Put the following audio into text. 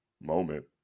moment